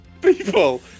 people